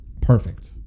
Perfect